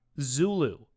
Zulu